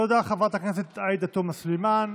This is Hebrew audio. תודה, חברת הכנסת עאידה תומא סלימאן.